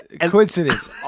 Coincidence